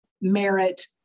merit